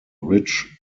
rich